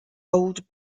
old